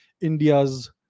India's